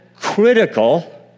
critical